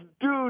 dude